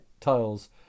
tiles